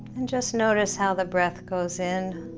and just notice how the breath goes in